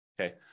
Okay